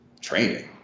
training